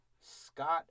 Scott